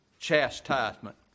chastisement